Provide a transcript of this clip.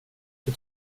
för